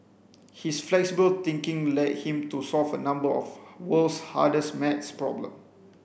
his flexible thinking led him to solve a number of world's hardest maths problem